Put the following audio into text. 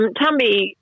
Tumby